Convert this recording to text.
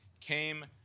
came